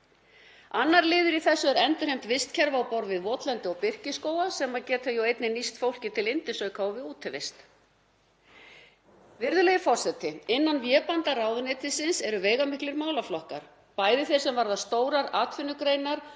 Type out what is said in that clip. Annar liður í þessu er endurheimt vistkerfa á borð við votlendi og birkiskóga, sem geta jú einnig nýst fólki til yndisauka og við útivist. Virðulegur forseti. Innan vébanda ráðuneytisins eru veigamiklir málaflokkar, bæði þeir sem varða stórar atvinnugreinar